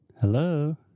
Hello